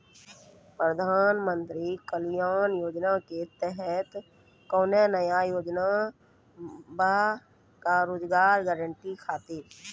प्रधानमंत्री कल्याण योजना के तहत कोनो नया योजना बा का रोजगार गारंटी खातिर?